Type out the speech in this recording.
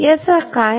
याचा अर्थ काय